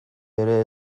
ere